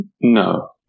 No